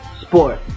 sport